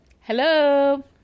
Hello